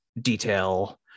detail